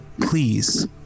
Please